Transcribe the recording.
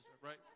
Right